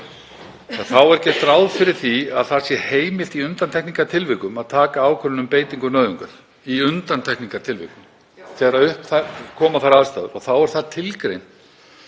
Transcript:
þá er gert ráð fyrir því að það sé heimilt í undantekningartilvikum að taka ákvörðun um beitingu nauðungar. Í undantekningartilvikum, þegar upp koma þær aðstæður. Þá er það tilgreint